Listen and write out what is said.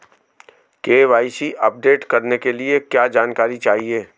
KYC update करने के लिए क्या जानकारी चाहिए?